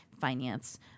finance